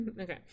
Okay